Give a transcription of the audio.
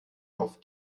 auf